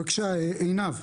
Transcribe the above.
בבקשה, עינב.